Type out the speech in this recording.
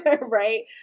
right